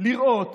לראות